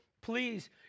please